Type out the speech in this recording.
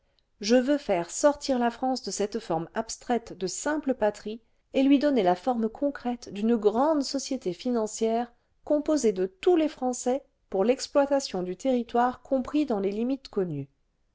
je veux faire sortir la france de cette forme abstraite de simple patrie et lui donner la forme concrète d'une grande société financière composée de tous les français pour l'exploitation du territoire compris dans les limites connues